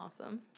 Awesome